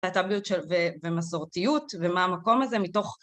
התאבדיות ומסורתיות ומה המקום הזה מתוך